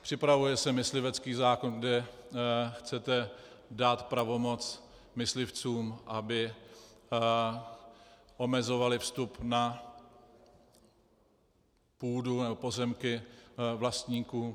Připravuje se myslivecký zákon, kde chcete dát pravomoc myslivcům, aby omezovali vstup na pozemky vlastníků.